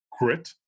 grit